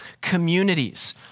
communities